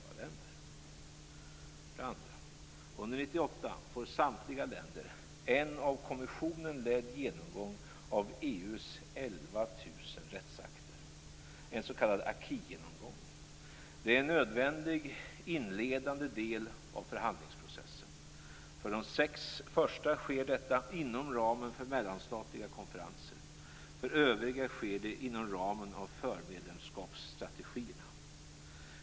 För det andra: Under 1998 får samtliga länder en av kommissionen ledd genomgång av EU:s 11 000 rättsakter, en s.k. akigenomgång. Det är en nödvändig inledande del av förhandlingsprocessen. För de sex första länderna sker detta inom ramen för mellanstatliga konferenser, och för övriga sker det inom ramen för förmedlemskapsstrategierna.